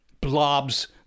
blobs